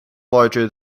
larger